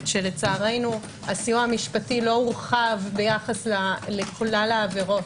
שלצערנו הסיוע המשפטי לא הורחב ביחס לכלל העבירות,